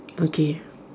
okay